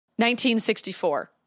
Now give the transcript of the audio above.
1964